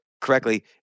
correctly